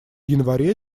январе